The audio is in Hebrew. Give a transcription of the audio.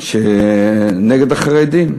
נגד החרדים.